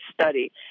study